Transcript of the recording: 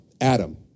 Adam